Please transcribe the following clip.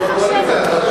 לא לפרשן אותי.